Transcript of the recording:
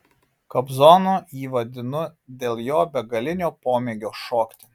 kobzonu jį vadinu dėl jo begalinio pomėgio šokti